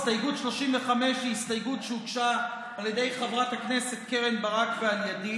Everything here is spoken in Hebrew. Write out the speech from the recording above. הסתייגות 35 היא הסתייגות שהוגשה על ידי חברת הכנסת קרן ברק ועל ידי,